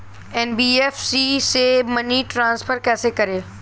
NBFC से money transfer कैसे करें?